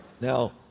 Now